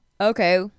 Okay